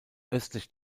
östlich